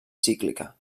cíclica